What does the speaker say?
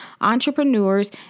entrepreneurs